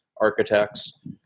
architects